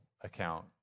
account